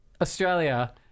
Australia